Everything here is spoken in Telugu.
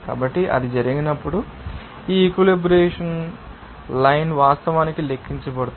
కాబట్టి అది జరిగినప్పుడు ఈ ఈక్వలెబ్రియంలైన్ వాస్తవానికి లెక్కించబడుతుంది